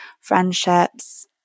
friendships